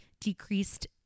decreased